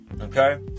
okay